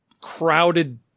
crowded